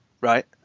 Right